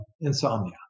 insomnia